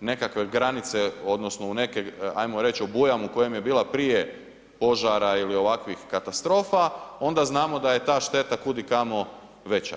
nekakve granice odnosno u neke, ajmo reći obujam u kojem je bila prije požara ili ovakvih katastrofa onda znamo da je ta šteta kudikamo veća.